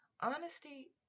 Honesty